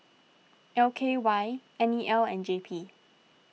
L K Y N E L and J P